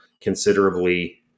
considerably